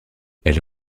elle